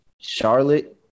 Charlotte